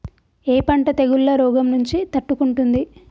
ఏ పంట తెగుళ్ల రోగం నుంచి తట్టుకుంటుంది?